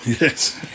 Yes